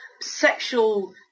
sexual